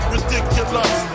Ridiculous